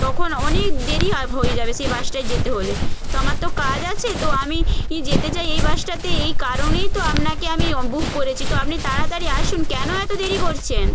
তখন অনেক দেরি হয়ে যাবে সেই বাসটায় যেতে হলে তো আমার তো কাজ আছে তো আমি ই যেতে চাই এই বাসটাতে এই কারণেই তো আপনাকে আমি বুক করেছি তো আপনি তাড়াতাড়ি আসুন কেন এত দেরি করছেন